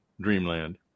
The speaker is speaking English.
Dreamland